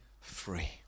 free